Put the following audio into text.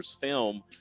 film